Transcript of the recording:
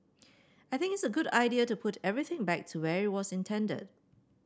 I think it's a good idea to put everything back to where it was intended